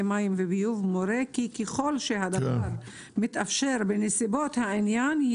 מים וביוב מורה כי ככל שהדבר מתאפשר בנסיבות העניין,